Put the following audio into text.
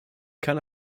kann